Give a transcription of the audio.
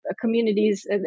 communities